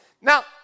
Now